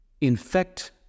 infect